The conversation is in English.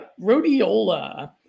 rhodiola